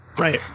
Right